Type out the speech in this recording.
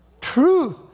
Truth